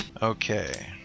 Okay